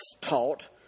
taught